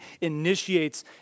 initiates